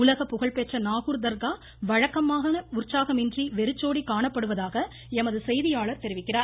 உலகப்புகழ் பெற்ற நாகூர் தர்கா வழக்கமான இன்று வெறிச்சோடி காணப்படுவதாக எமது செய்தியாளர் தெரிவிக்கிறார்